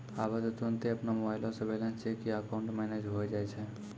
आबै त तुरन्ते अपनो मोबाइलो से बैलेंस चेक या अकाउंट मैनेज होय जाय छै